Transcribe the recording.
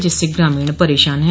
जिससे ग्रामीण परेशान हैं